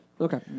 Okay